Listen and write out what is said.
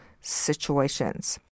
situations